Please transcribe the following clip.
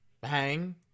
bang